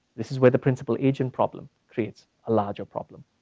this is where the principal agent problem creates a larger problem.